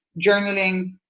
journaling